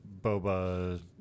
Boba